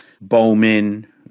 Bowman